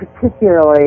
particularly